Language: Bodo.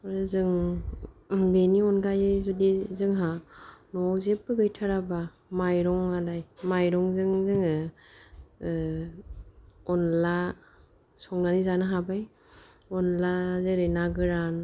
आरो जों ओम बेनि अनगायै जुदि जोंहा न'आव जेबो गैथाराबा माइरं लानानै माइरंजों जोङो ओ अनला संनानै जानो हाबाय अनला जेरै ना गोरान